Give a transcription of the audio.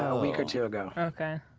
ah week or two ago, okay?